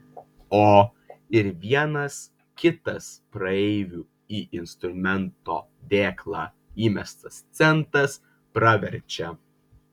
o ir vienas kitas praeivių į instrumento dėklą įmestas centas praverčia